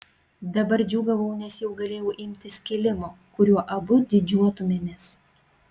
dabar džiūgavau nes jau galėjau imtis kilimo kuriuo abu didžiuotumėmės